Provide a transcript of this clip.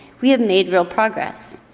we have made real progress,